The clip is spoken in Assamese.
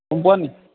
গম পোৱানি